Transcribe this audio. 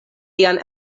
lian